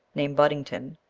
named buddington,